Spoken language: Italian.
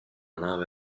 nave